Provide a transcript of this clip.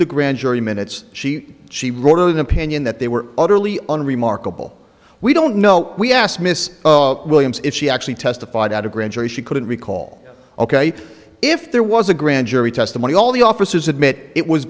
the grand jury minutes she she wrote an opinion that they were utterly on remarkable we don't know we asked miss williams if she actually testified at a grand jury she couldn't recall ok if there was a grand jury testimony all the officers admit it was